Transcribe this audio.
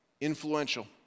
influential